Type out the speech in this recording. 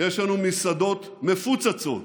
יש לנו מסעדות מפוצצות,